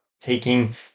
taking